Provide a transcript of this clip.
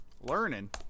Learning